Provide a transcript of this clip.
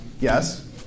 yes